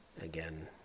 Again